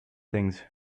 things